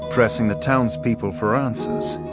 pressing the townspeople for answers,